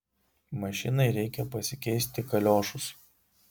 mašinai reikia pasikeisti kaliošus